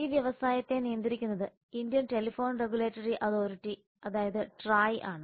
ഈ വ്യവസായത്തെ നിയന്ത്രിക്കുന്നത് ഇന്ത്യൻ ടെലഫോൺ റെഗുലേറ്ററി അതോറിറ്റി അതായത് ട്രായ് ആണ്